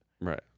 Right